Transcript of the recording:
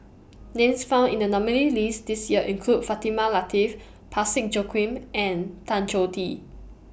Names found in The nominees' list This Year include Fatimah Lateef Parsick Joaquim and Tan Choh Tee